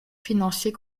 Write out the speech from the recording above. financier